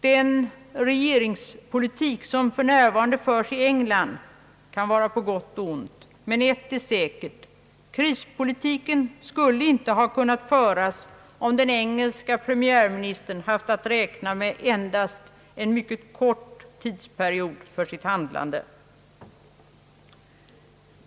Den regeringspolitik som för närvarande förs i England kan vara på gott och ont, men ett är säkert: krispolitiken skulle inte ha kunnat föras om den engelske premiärministern haft att räkna med endast en mycket kort tidsperiod för sitt handlande.